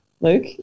Luke